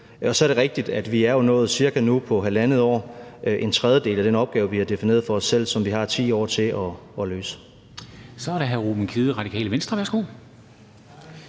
Og så er det rigtigt, at vi jo nu på cirka halvandet år har nået en tredjedel af den opgave, vi har defineret for os selv, og som vi har 10 år til at løse. Kl. 16:01 Formanden (Henrik